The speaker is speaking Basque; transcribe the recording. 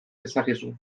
dezakezu